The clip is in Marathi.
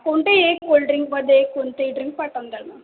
कोणतेही एक कोल्ड्रिंकमध्ये एक कोणतेही ड्रिंक पाठवून द्याल मॅम